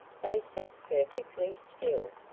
they sat perfectly still.